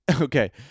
Okay